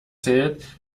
zählt